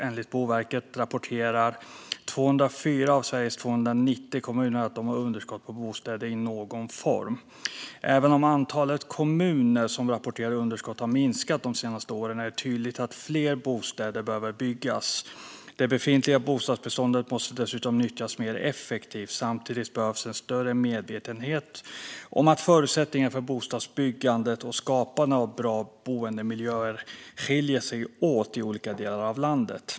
Enligt Boverket rapporterar 204 av Sveriges 290 kommuner att de har underskott på bostäder i någon form. Även om antalet kommuner som rapporterar underskott har minskat de senaste åren är det tydligt att fler bostäder behöver byggas. Det befintliga bostadsbeståndet måste dessutom nyttjas mer effektivt. Samtidigt behövs en större medvetenhet om att förutsättningarna för bostadsbyggandet och skapandet av bra boendemiljöer skiljer sig åt i olika delar av landet.